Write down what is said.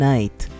Night